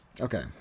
Okay